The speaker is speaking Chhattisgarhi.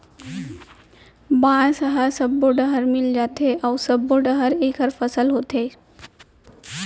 बांस ह सब्बो डहर मिल जाथे अउ सब्बो डहर एखर फसल होथे